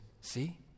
see